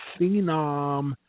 phenom